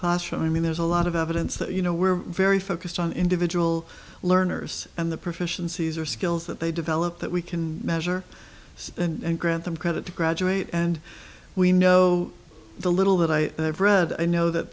classroom i mean there's a lot of evidence that you know we're very focused on individual learners and the proficiency these are skills that they develop that we can measure and grant them credit to graduate and we know the little that i have read i know that